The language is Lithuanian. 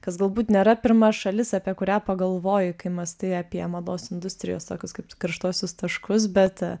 kas galbūt nėra pirma šalis apie kurią pagalvoji kai mąstai apie mados industrijos tokius kaip karštuosius taškus bet